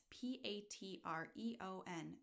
p-a-t-r-e-o-n